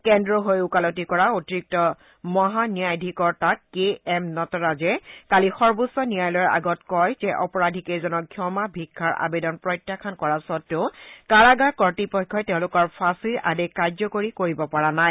কেন্দ্ৰৰ হৈ ওকালতি কৰা অতিৰিক্ত মহান্যায়াধীকৰ্তা কে এম নটৰাজে কালি সৰ্বোচ্চ ন্যয়ালয়ৰ আগত কয় যে অপৰাধী কেইজনৰ ক্ষমা ভিক্ষাৰ আবেদন প্ৰত্যাখ্যান কৰা স্বত্তেও কাৰাগাৰ কৰ্তৃপক্ষই তেওঁলোকৰ ফাঁচীৰ আদেশ কাৰ্যকৰী কৰিব পৰা নাই